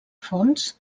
fons